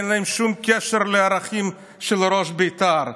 אין להם שום קשר לערכים של ראש בית"ר.